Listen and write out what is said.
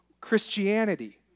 Christianity